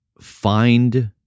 find